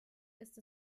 ist